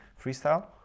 freestyle